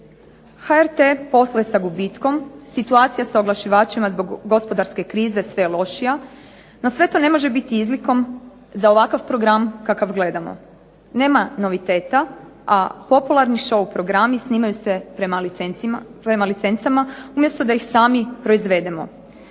HRT posluje sa gubitkom, situacija sa oglašivačima zbog gospodarske krize sve je lošija, no sve to ne može biti izlikom za ovakav program kakav gledamo. Nema noviteta, a popularni show programi snimaju se prema licencama, umjesto da ih sami proizvedemo.